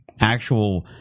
actual